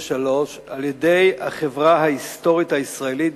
1973 על-ידי החברה ההיסטורית הישראלית,